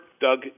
Doug